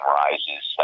rises